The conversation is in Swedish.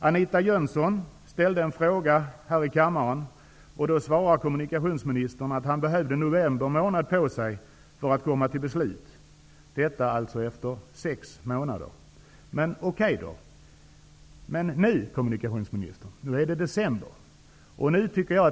Anita Jönsson ställde en fråga här i kammaren, och då svarade kommunikationsministern att han behövde november månad på sig för att komma fram till beslut. Detta alltså efter sex månader, men okej då. Men nu, kommunikationsministern, är det december.